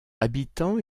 habitant